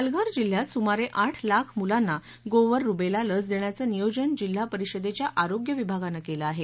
पालघर जिल्ह्यात सूमारे आठ लाख मुलांना गोवर रुबेला लस देण्याचं नियोजन जिल्हा परिषदेच्या आरोग्य विभागानं केलं आहे